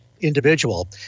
individual